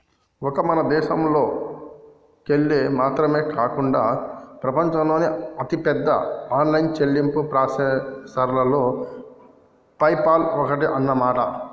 ఒక్క మన దేశంలోకెళ్ళి మాత్రమే కాకుండా ప్రపంచంలోని అతిపెద్ద ఆన్లైన్ చెల్లింపు ప్రాసెసర్లలో పేపాల్ ఒక్కటి అన్నమాట